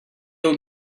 old